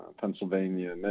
Pennsylvania